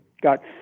got